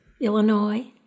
illinois